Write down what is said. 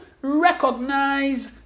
recognize